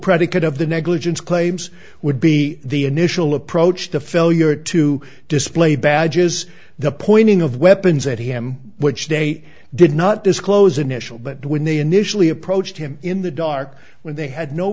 predicate of the negligence claims would be the initial approach to failure to display badges the pointing of weapons at him which they did not disclose initial but when they initially approached him in the dark when they had no